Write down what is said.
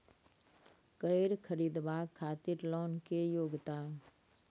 कैर खरीदवाक खातिर लोन के योग्यता?